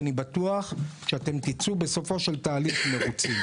אני בטוח שאתם תצאו בסופו של תהליך מרוצים.